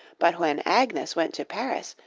but when agnes went to paris,